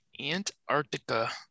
Antarctica